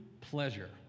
pleasure